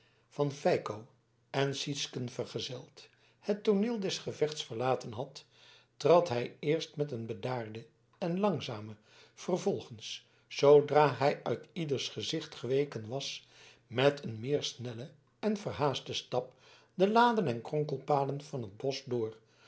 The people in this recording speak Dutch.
van feiko en sytsken vergezeld het tooneel des gevechts verlaten had trad hij eerst met een bedaarden en langzamen vervolgens zoodra hij uit ieders gezicht geweken was met een meer snellen en verhaasten stap de lanen en kronkelpaden van het bosch door